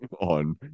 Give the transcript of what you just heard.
on